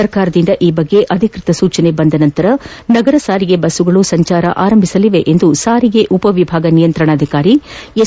ಸರ್ಕಾರದಿಂದ ಈ ಬಗ್ಗೆ ಸೂಚನೆ ಬಂದ ನಂತರ ನಗರ ಸಾರಿಗೆ ಬಸ್ಗಳು ಸಂಚಾರ ಆರಂಭಿಸಲಿರುವುದಾಗಿ ಸಾರಿಗೆ ಉಪವಿಭಾಗ ನಿಯಂತ್ರಣಾಧಿಕಾರಿ ಎಸ್